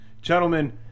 gentlemen